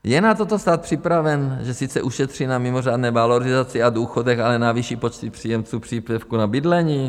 Je na toto stát připraven, že sice ušetří na mimořádné valorizaci a důchodech, ale navýší počty příjemců příspěvku na bydlení?